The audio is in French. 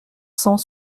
cent